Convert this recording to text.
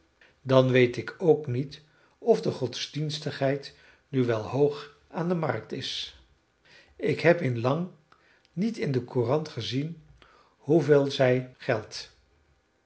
dan weet ik ook niet of de godsdienstigheid nu wel hoog aan de markt is ik heb in lang niet in de courant gezien hoeveel zij geldt